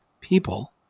people